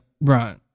Right